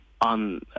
on